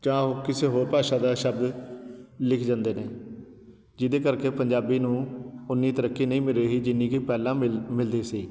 ਜਾਂ ਉਹ ਕਿਸੇ ਹੋਰ ਭਾਸ਼ਾ ਦਾ ਸ਼ਬਦ ਲਿਖ ਜਾਂਦੇ ਨੇ ਜਿਹਦੇ ਕਰਕੇ ਪੰਜਾਬੀ ਨੂੰ ਓਨੀ ਤਰੱਕੀ ਨਹੀਂ ਮਿਲ ਰਹੀ ਜਿੰਨੀ ਕਿ ਪਹਿਲਾਂ ਮਿਲ ਮਿਲਦੀ ਸੀ